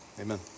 Amen